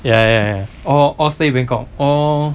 ya ya ya ya ya all stay bangkok all